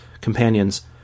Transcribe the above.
companions